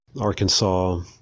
Arkansas